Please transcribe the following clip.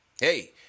Hey